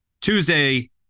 Tuesday